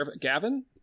Gavin